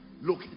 look